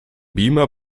beamer